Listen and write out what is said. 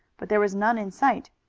but there was none in sight.